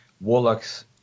warlocks